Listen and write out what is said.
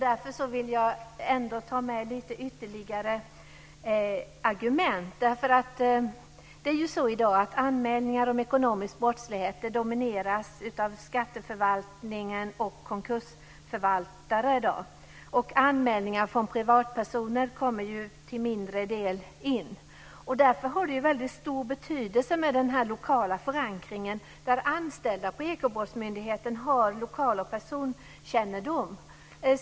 Därför vill jag nämna ytterligare några argument. I dag domineras anmälningar om ekonomisk brottslighet av skatteförvaltningen och konkursförvaltare. Anmälningar från privatpersoner kommer in i mindre omfattning. Därför har den lokala förankringen där anställda på Ekobrottsmyndigheten har lokaloch personkännedom väldigt stor betydelse.